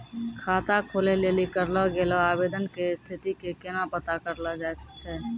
खाता खोलै लेली करलो गेलो आवेदन के स्थिति के केना पता करलो जाय छै?